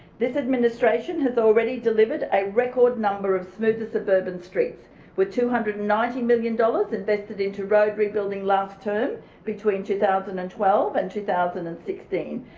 this administration has already delivered a record number of smoother suburban streets with two hundred and ninety million dollars invested into road rebuilding last term between two thousand and twelve and two thousand and sixteen,